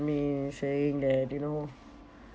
me saying that you know